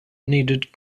needed